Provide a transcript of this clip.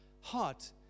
heart